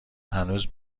هنوز